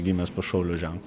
gimęs po šaulio ženklu